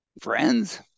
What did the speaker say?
friends